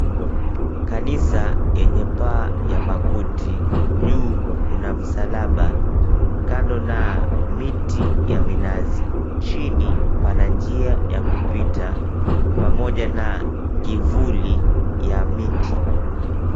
Kanisa yenye paa ya makuti, juu kuna msalaba kando na miti ya minazi. Chini pana njia ya kupita pamoja na kivuli ya miti.